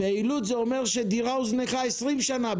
"פעילות" זה אומר שדירה הוזנחה 20 שנה.